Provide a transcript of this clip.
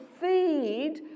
feed